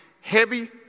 heavy